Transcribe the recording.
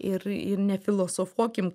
ir ir nefilosofuokim